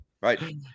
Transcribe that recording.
Right